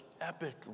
epic